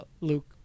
Luke